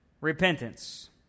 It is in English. repentance